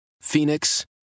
Phoenix